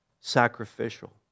sacrificial